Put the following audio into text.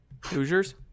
Hoosiers